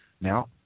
now